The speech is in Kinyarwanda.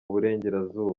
burengerazuba